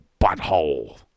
butthole